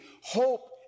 Hope